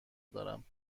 دارم